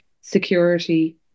security